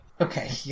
Okay